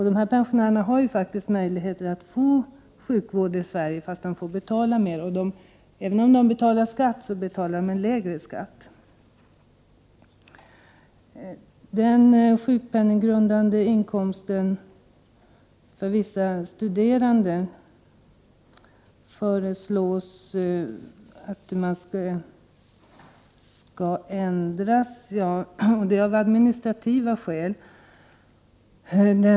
Dessa pensionärer har ju faktiskt möjligheter att få sjukvård i Sverige, fast de får betala mer. Även om de betalar skatt, så betalar de lägre skatt. Den sjukpenninggrundande inkomsten för vissa studerande föreslås bli ändrad av administrativa skäl.